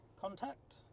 contact